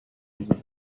tujuh